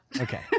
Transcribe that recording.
Okay